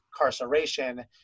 Incarceration